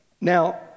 Now